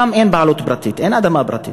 שם אין בעלות פרטית, אין אדמה פרטית,